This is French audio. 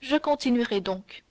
je continuerai donc